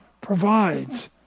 provides